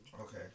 Okay